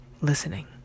listening